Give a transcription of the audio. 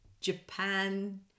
Japan